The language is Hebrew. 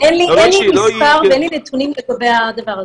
לא היא --- אין לי מס' ואין לי נתונים לגבי הדבר הזה.